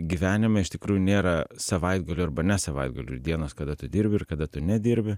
gyvenime iš tikrųjų nėra savaitgalių arba ne savaitgalių dienos kada tu dirbi ir kada tu nedirbi